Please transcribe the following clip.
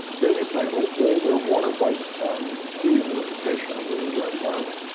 they recycle all their water by dehumidification of the indoor environment.